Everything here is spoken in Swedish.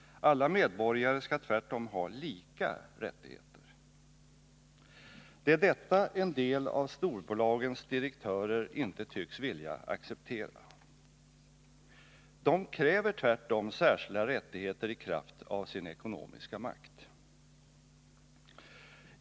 Alla medborgare skall tvärtom ha lika rättigheter. Det är detta en del av storbolagens direktörer inte tycks vilja acceptera. De kräver tvärtom särskilda rättigheter i kraft av sin ekonomiska makt.